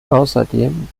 außerdem